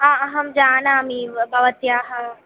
आ अहं जानामि व भवत्याः